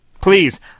Please